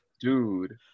Dude